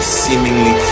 seemingly